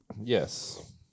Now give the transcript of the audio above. yes